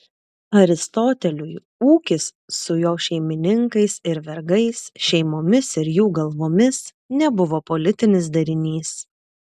aristoteliui ūkis su jo šeimininkais ir vergais šeimomis ir jų galvomis nebuvo politinis darinys